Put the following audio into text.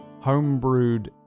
homebrewed